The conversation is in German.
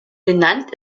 benannt